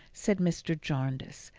said mr. jarndyce,